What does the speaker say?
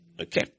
Okay